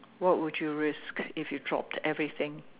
what would you risk if you dropped everything